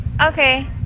Okay